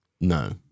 No